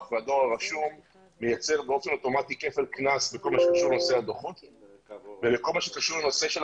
והדואר הרשום מייצר באופן אוטומטי כפל קנס בכל מה שקשור לנושא הדוחות.